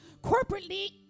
corporately